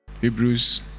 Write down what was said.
Hebrews